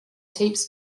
tapes